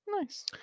Nice